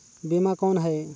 बीमा कौन है?